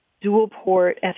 dual-port